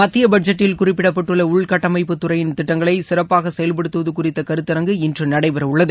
மத்திய பட்ஜெட்டில் குறிப்பிடப்பட்டுள்ள உள்கட்டமைப்பு துறையின் திட்டங்களை சிறப்பாக செயல்படுத்துவது குறித்த கருத்தரங்கு இன்று நடைபெறவுள்ளது